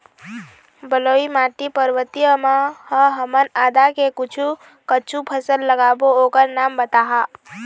बलुई माटी पर्वतीय म ह हमन आदा के कुछू कछु फसल लगाबो ओकर नाम बताहा?